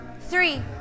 three